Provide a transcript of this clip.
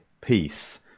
peace